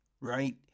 right